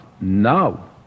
now